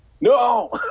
no